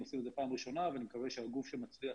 הם עושים את זה פעם ראשונה ואני מקווה שהגוף שמצליח